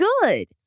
good